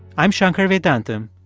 i'm shankar vedantam,